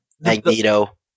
Magneto